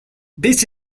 this